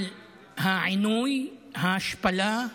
על העינוי, ההשפלה,